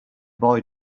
boy